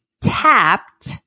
tapped